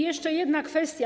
Jeszcze jedna kwestia.